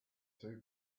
two